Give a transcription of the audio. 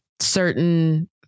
certain